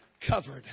covered